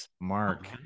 Mark